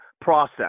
process